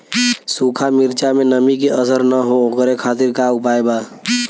सूखा मिर्चा में नमी के असर न हो ओकरे खातीर का उपाय बा?